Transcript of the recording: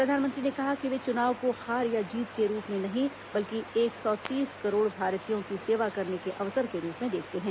प्रधानमंत्री ने कहा कि वे चुनाव को हार और जीत के रूप में नहीं बल्कि एक सौ तीस करोड़ भारतीयों की सेवा करने के अवसर के रूप में देखते हैं